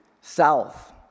south